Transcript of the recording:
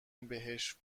بهش